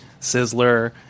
Sizzler